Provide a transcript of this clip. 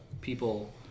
people